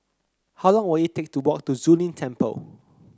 how long will it take to walk to Zu Lin Temple